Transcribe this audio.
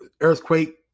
earthquake